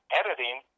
editing